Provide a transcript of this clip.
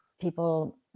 people